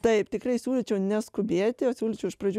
taip tikrai siūlyčiau neskubėti o siūlyčiau iš pradžių